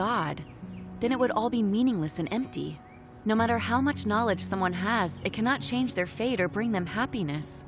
god then it would all be meaningless and empty no matter how much knowledge someone has it cannot change their fate or bring them happiness